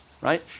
right